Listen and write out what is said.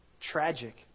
tragic